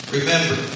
Remember